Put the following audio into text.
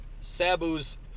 Sabu's